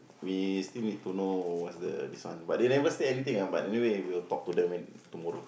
we still need to know what's the this one but they never state anything ah but anyway we'll talk to them in tomorrow